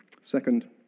Second